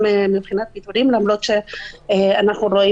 לכן זה נושא